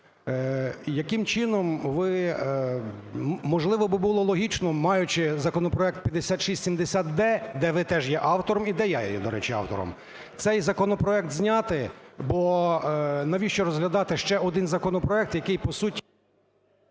Яким чином ви... Можливо би, було логічно, маючи законопроект 5670-д, де ви теж є автором і я де я є, до речі, автором, цей законопроект зняти? Бо навіщо розглядати ще родин законопроект, який, по суті...